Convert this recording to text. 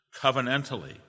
covenantally